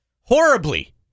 Horribly